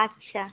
আচ্ছা